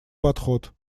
подход